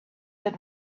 that